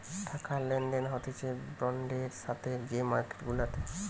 টাকা লেনদেন হতিছে বন্ডের সাথে যে মার্কেট গুলাতে